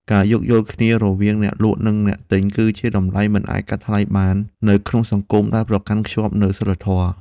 ការយោគយល់គ្នារវាងអ្នកលក់និងអ្នកទិញគឺជាតម្លៃមិនអាចកាត់ថ្លៃបាននៅក្នុងសង្គមដែលប្រកាន់ភ្ជាប់នូវសីលធម៌។